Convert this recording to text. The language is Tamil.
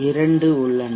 இரண்டு உள்ளன